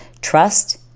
Trust